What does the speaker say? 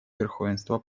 верховенства